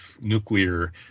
nuclear